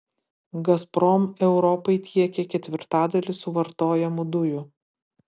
gazprom europai tiekia ketvirtadalį suvartojamų dujų